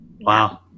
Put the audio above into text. Wow